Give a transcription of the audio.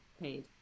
paid